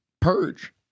Purge